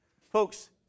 Folks